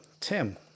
Tim